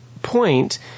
point